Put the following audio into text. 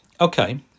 Okay